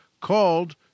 called